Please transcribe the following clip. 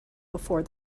before